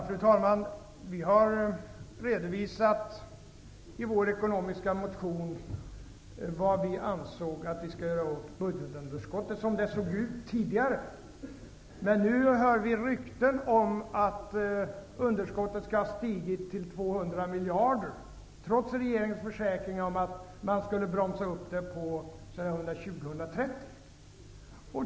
Fru talman! Vi har redovisat i vår ekonomiska motion vad vi ansåg skulle göras åt budgetunderskottet så som det såg ut tidigare. Nu hör vi rykten om att budgetunderskottet skall ha stigit till 200 miljarder kronor, trots regeringens försäkringar om att man skall bromsa upp ökningen och få underskottet att stanna vid 120-130 miljarder kronor.